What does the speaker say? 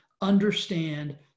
understand